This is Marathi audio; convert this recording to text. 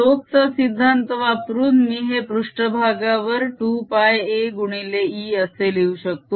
स्टोक चा सिद्धांत वापरून मी हे पृष्ट्भागावर 2πa गुणिले E असे लिहू शकतो